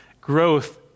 Growth